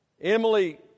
Emily